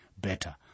better